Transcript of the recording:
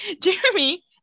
Jeremy